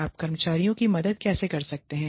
आप कर्मचारियों की मदद कैसे कर सकते हैं